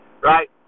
right